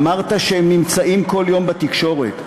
אמרת שהם נמצאים כל יום בתקשורת.